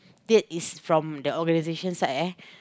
that is from the organisation side eh